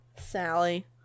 Sally